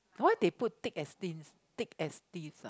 why they put thick as thin thick as theives ah